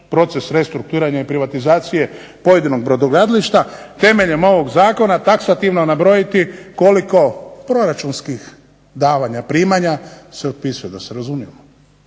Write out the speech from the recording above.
proces restrukturiranja i privatizacije pojedinog brodogradilišta temeljem ovog zakona taksativno nabrojiti koliko proračunskih davanja, primanja se otpisuje da se razumijemo.